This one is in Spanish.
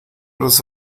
los